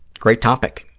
great topic.